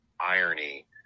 irony